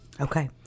Okay